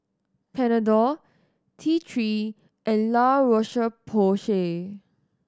Panadol T Three and La Roche Porsay